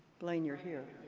blane you're here?